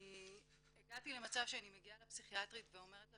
אני הגעתי למצב שאני מגיעה לפסיכיאטרית ואומרת לה